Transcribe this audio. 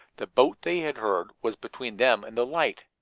the boat they had heard was between them and the light!